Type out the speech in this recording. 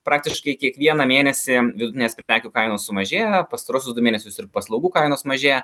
praktiškai kiekvieną mėnesį vidutinės prekių kainos sumažėjo pastaruosius du mėnesius ir paslaugų kainos mažėja